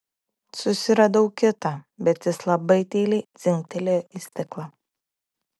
susiradau kitą bet jis labai tyliai dzingtelėjo į stiklą